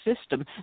system